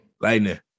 lightning